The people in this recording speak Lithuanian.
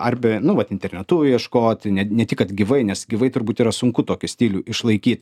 arba nu vat internetu ieškoti ne ne tik kad gyvai nes gyvai turbūt yra sunku tokį stilių išlaiky